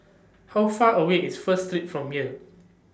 How Far away IS First Street from here